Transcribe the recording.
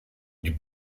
die